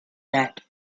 bed